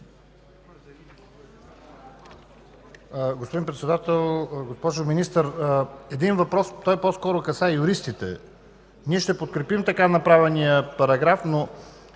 Господин Председател, госпожо Министър, един въпрос, който по-скоро касае юристите. Ние ще подкрепим така предложения параграф, но